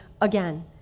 again